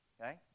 Okay